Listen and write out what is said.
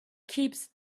keeps